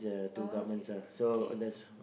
oh okay okay